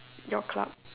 your club